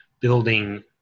building